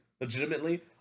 legitimately